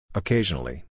occasionally